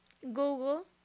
Google